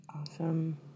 Awesome